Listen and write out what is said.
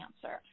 cancer